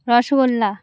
rasgulla